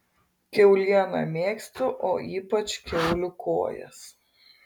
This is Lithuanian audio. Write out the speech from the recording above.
kiaulieną mėgstu o ypač kiaulių kojas